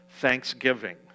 thanksgiving